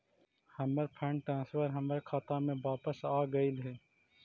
हमर fund transfer हमर खाता में वापस आगईल हे